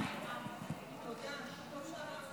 יתומי צה"ל),